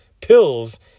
pills